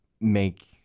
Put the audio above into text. make